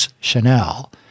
Chanel